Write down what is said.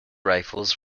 rifles